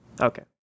okay